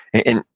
and,